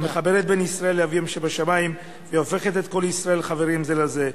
המחברת בין ישראל לאבינו שבשמים והופכת את כל ישראל חברים זה לזה.